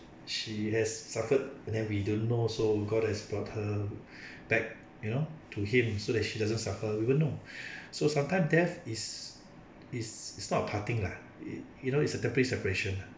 she has suffered and then we don't know so god has brought her back you know to him so that she doesn't suffer we won't know so sometime death is is is not a parting lah it you know it's a temporary separation ah